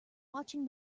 watching